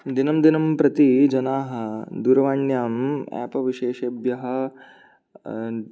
दिनं दिनं प्रति जनाः दूरवाण्याम् एप् विशेषेभ्यः